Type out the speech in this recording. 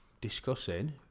discussing